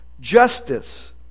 justice